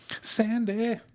Sandy